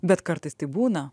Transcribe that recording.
bet kartais taip būna